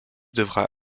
devra